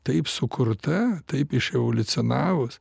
taip sukurta taip iševoliucionavus